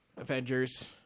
Avengers